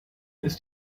ist